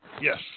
Yes